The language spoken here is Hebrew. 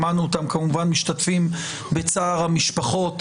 שמענו אותם כמובן משתתפים בצער המשפחות